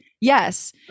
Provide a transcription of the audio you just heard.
yes